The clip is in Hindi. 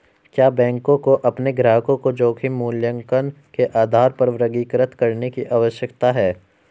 क्या बैंकों को अपने ग्राहकों को जोखिम मूल्यांकन के आधार पर वर्गीकृत करने की आवश्यकता है?